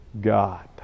God